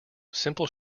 simple